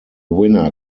winner